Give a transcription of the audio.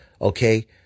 Okay